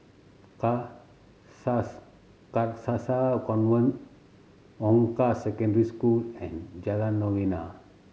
Carcasa Convent Hong Kah Secondary School and Jalan Novena